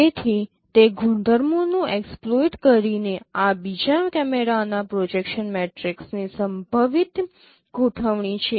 તેથી તે ગુણધર્મોનું એક્સપ્લોઈટ કરીને આ બીજા કેમેરાના પ્રોજેક્શન મેટ્રિક્સની સંભવિત ગોઠવણી છે